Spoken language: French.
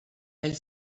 elle